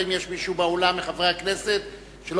האם יש מישהו באולם מחברי הכנסת שלא